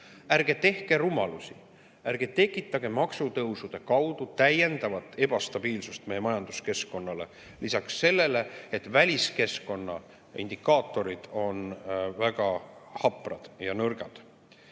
ärge tehke rumalusi, ärge tekitage maksutõusude kaudu täiendavat ebastabiilsust meie majanduskeskkonnas lisaks sellele, et väliskeskkonna indikaatorid on väga haprad ja nõrgad.